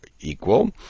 equal